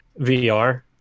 vr